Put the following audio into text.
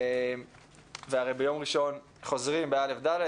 ביום ראשון חוזרים ב-א'-ד',